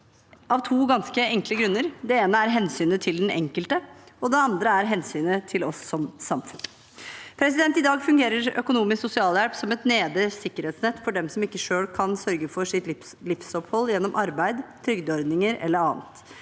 ganske enkle grunner: Det ene er hensynet til den enkelte, og det andre er hensynet til oss som samfunn. I dag fungerer økonomisk sosialhjelp som et nedre sikkerhetsnett for dem som ikke selv kan sørge for sitt livsopphold gjennom arbeid, trygdeordninger eller annet.